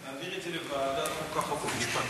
להעביר את זה לוועדת החוקה, חוק ומשפט.